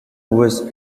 was